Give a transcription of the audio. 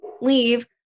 Leave